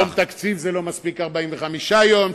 ופתאום לתקציב לא מספיק 45 יום,